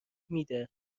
میده